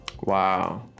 Wow